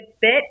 bit